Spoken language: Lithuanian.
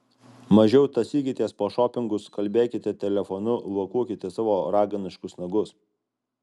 mažiau tąsykitės po šopingus kalbėkite telefonu lakuokite savo raganiškus nagus